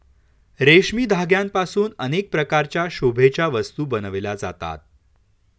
रेशमी धाग्यांपासून अनेक प्रकारच्या शोभेच्या वस्तू बनविल्या जातात